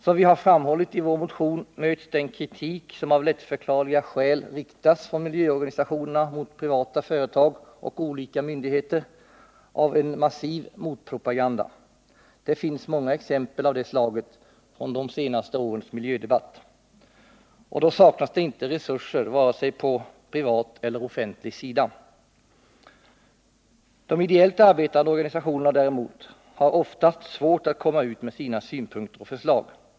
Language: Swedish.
Som vi har framhållit i vår motion möts den kritik som av lättförklarliga skäl riktas från miljöorganisationerna mot privata företag och olika myndigheter av en massiv motpropaganda. Det finns många exempel av det slaget från de senaste årens miljödebatt. Och då saknas det inte resurser, vare sig på privat eller offentlig sida. De ideellt arbetande organisationerna har däremot oftast svårt att komma ut med sina synpunkter och förslag.